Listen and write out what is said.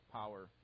power